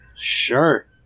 Sure